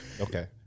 Okay